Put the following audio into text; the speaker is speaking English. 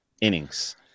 innings